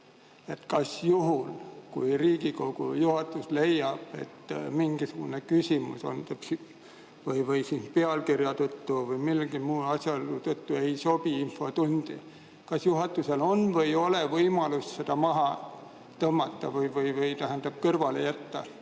Kas juhul, kui Riigikogu juhatus leiab, et mingisugune küsimus kas pealkirja tõttu või mingi muu asjaolu tõttu ei sobi infotundi, kas juhatusel on võimalus see maha tõmmata, tähendab, kõrvale jätta